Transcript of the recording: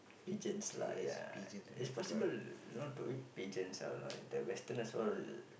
pigeons lah ya it's possible you know to eat pigeons all the westerners all